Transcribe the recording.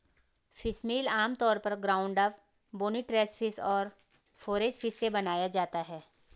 fishmeal आमतौर पर ground up, bony trash fish और फोरेज फिश से बनाया जाता है